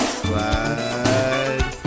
slide